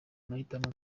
mahitamo